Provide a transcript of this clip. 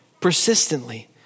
Persistently